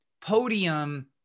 Podium